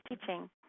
teaching